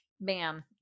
Bam